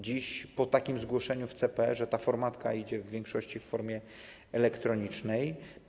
Dziś po takim zgłoszeniu w CPR-ze ta formatka idzie w większości w formie elektronicznej.